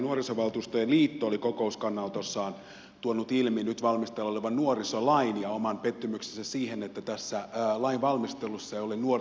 nuorisovaltuustojen liitto oli kokouskannanotossaan tuonut ilmi nyt valmisteilla olevan nuorisolain ja oman pettymyksensä siihen että tässä lain valmistelussa ei ole nuorten edustajaa